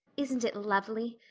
isn't it lovely?